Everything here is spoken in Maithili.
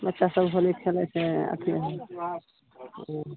बच्चा सब होली खेलै छै